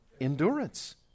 Endurance